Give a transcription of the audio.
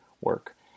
work